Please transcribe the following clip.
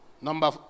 Number